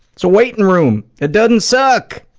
it's a waitin' room that doesn't suck!